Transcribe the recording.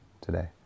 today